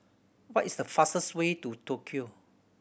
what is the fastest way to Tokyo